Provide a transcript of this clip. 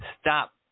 stop